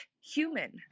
human